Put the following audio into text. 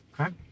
Okay